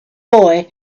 boy